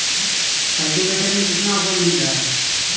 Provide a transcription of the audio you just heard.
Cultivator में कितना offer मिल रहा है?